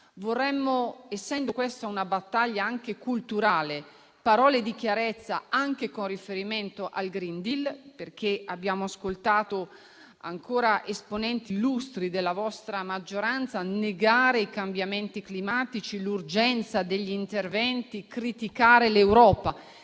clima. Essendo questa una battaglia anche culturale, vorremmo parole di chiarezza anche con riferimento al *green deal*. Abbiamo ascoltato esponenti illustri della vostra maggioranza negare i cambiamenti climatici, l'urgenza degli interventi e criticare l'Europa.